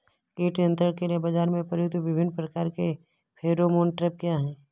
कीट नियंत्रण के लिए बाजरा में प्रयुक्त विभिन्न प्रकार के फेरोमोन ट्रैप क्या है?